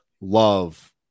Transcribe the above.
love